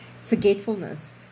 Forgetfulness